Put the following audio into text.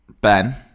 Ben